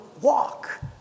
walk